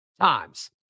times